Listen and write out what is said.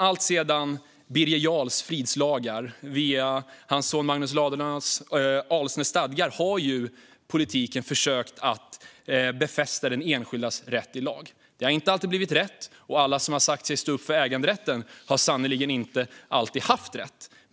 Alltsedan Birger Jarls fridslagar, via Magnus Ladulås, hans sons, Alsnö stadga och fram till i dag har politiken försökt befästa den enskildas rätt i lag. Det har inte alltid blivit rätt, och alla som har sagt sig stå upp för äganderätten har sannerligen inte alltid haft rätt.